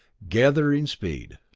gathering speed.